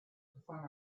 perform